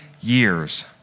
years